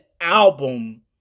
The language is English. album